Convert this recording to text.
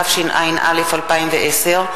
התשע"א 2010,